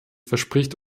verspricht